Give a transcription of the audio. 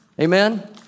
Amen